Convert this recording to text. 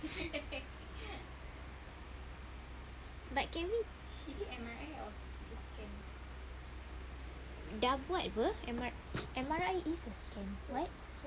but can we dah buat apa M_R_I is a scan right